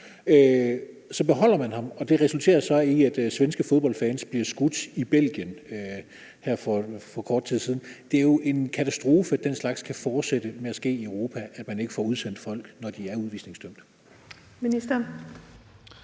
Så beholder man ham, og det resulterer så i, at svenske fodboldfans bliver skudt i Belgien her for kort tid siden. Det er jo en katastrofe, at den slags kan fortsætte med at ske i Europa, altså at man ikke får udsendt folk, når de er udvisningsdømte.